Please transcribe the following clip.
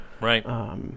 right